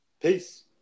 Peace